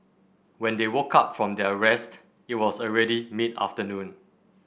when they woke up from their rest it was already mid afternoon